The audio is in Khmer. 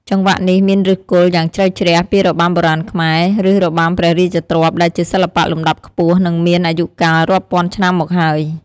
ចង្វាក់នេះមានឫសគល់យ៉ាងជ្រៅជ្រះពីរបាំបុរាណខ្មែរ ឬរបាំព្រះរាជទ្រព្យ ដែលជាសិល្បៈលំដាប់ខ្ពស់ និងមានអាយុកាលរាប់ពាន់ឆ្នាំមកហើយ។